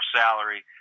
salary